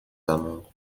amours